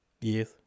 yes